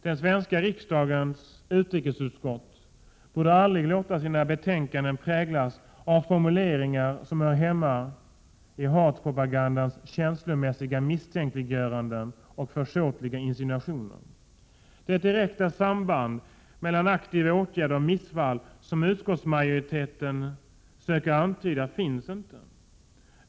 Den svenska riksdagens utrikesutskott borde aldrig låta sina betänkanden präglas av formuleringar som hör hemma i hatpropagandan med sina känslomässiga misstänkliggöranden och försåtliga insinuationer. Det direkta samband mellan aktiva åtgärder och missfall som utskottsmajoriteten söker antyda finns inte.